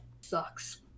sucks